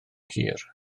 hir